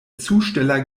zusteller